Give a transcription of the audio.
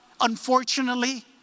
unfortunately